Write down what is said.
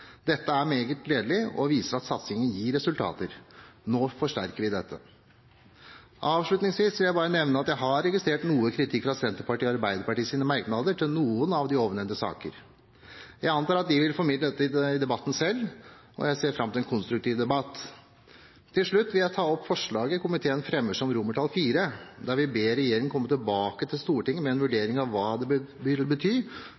Dette er meget gledelig og viser at satsingen gir resultater. Nå forsterker vi dette. Avslutningsvis vil jeg bare nevne at jeg har registrert noe kritikk i Senterpartiets og Arbeiderpartiets merknader til noen av de ovennevnte saker. Jeg antar at de vil formidle dette i debatten selv, og jeg ser fram til en konstruktiv debatt. Til slutt vil jeg anbefale forslaget komiteen fremmer som IV, der vi ber regjeringen komme tilbake til Stortinget med en vurdering av hva det vil bety